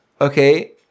Okay